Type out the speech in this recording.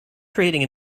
creating